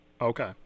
Okay